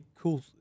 cool